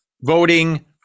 voting